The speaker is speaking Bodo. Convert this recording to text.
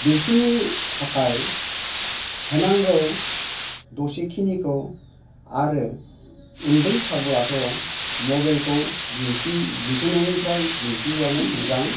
बिसोरनि थाखाय होनांगौ दसेखिनिखौ आरो उन्दै थारब्लाथ' मबाइलखौ दिन्थि दिन्थिनायनिफ्राय दिन्थियैयानो मोजां